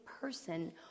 person